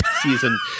season